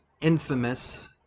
infamous